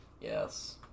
Yes